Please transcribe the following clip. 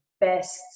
best